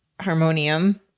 harmonium